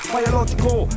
Biological